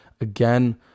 again